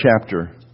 chapter